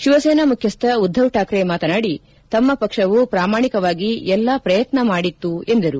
ಶಿವಸೇನಾ ಮುಖ್ಯಸ್ವ ಉದ್ದವ್ ಠಾಕ್ರೆ ಮಾತನಾಡಿ ತಮ್ಮ ಪಕ್ಷವು ಪ್ರಾಮಾಣಿಕವಾಗಿ ಎಲ್ಲಾ ಪ್ರಯತ್ನ ಮಾಡಿತ್ತು ಎಂದರು